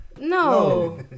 No